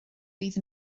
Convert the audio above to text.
fydd